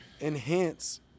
enhance